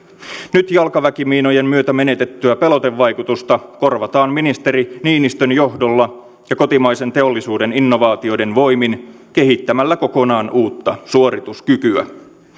nyt jalkaväkimiinojen myötä menetettyä pelotevaikutusta korvataan ministeri niinistön johdolla ja kotimaisen teollisuuden innovaatioiden voimin kehittämällä kokonaan uutta suorituskykyä